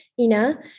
Ina